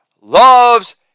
loves